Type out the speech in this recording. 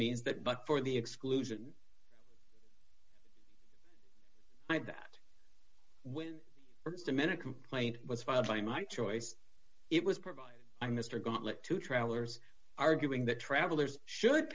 means that but for the exclusion of that when the minute complaint was filed by my choice it was provided by mr gauntlet to travelers arguing that travelers should